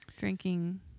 drinking